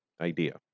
idea